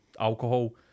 alcohol